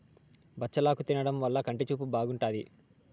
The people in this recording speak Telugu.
బచ్చలాకు తినడం వల్ల కంటి చూపు బాగుంటాది